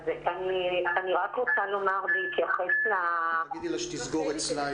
אני רק רוצה לומר בהתייחס לסיכום.